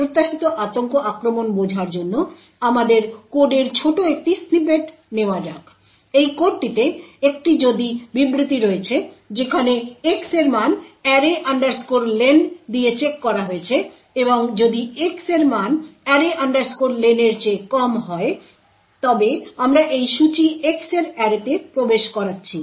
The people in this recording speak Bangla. প্রত্যাশিত আতঙ্ক আক্রমণ বোঝার জন্য আমাদের কোডের ছোট একটি স্নিপেট নেওয়া যাক এই কোডটিতে একটি যদি বিবৃতি রয়েছে যেখানে X এর মান array len দিয়ে চেক করা হয়েছে এবং যদি X এর মান array len এর চেয়ে কম হয় তবে আমরা এটি সূচী X এর অ্যারেতে প্রবেশ করাচ্ছি